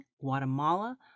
Guatemala